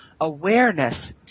awareness